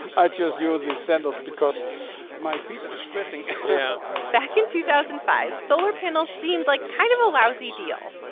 i just use these sandals because my feet are sweating yeah so back in two thousand and five, solar panels seemed like kind of a lousy deal.